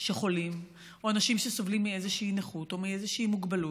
שחולים או אנשים שסובלים מאיזושהי נכות או מאיזושהי מוגבלות,